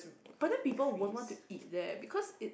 but then people wouldn't want to eat there because it